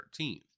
13th